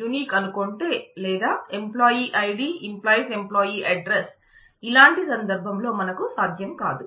unique అనుకుంటే లేదా employee ID →employee address ఇలాంటి సందర్భం లో మనకు సాధ్యం కాదు